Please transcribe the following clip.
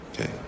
Okay